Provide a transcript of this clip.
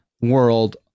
world